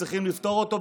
צריכים לפתור אותו,